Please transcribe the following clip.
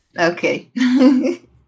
Okay